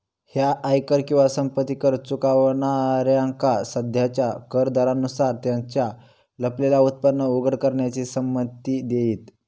ह्या आयकर किंवा संपत्ती कर चुकवणाऱ्यांका सध्याच्या कर दरांनुसार त्यांचा लपलेला उत्पन्न उघड करण्याची संमती देईत